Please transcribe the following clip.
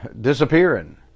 disappearing